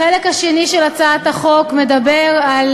החלק השני של הצעת החוק מדבר על,